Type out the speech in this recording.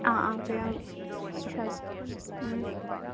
ꯑꯥ ꯑꯥ ꯄꯤꯔꯝꯒꯦ ꯏꯁꯜꯂꯣ ꯎꯝ